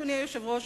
אדוני היושב-ראש,